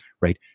right